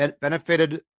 benefited